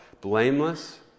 blameless